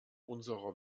unserer